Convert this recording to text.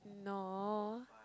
no